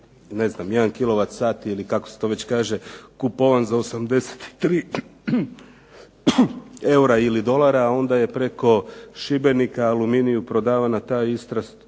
kilovat sati ili kako se to već kaže kupovan za 83 eura ili dolara, a onda je preko Šibenika Aluminiju prodavana ta ista